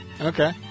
Okay